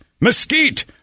mesquite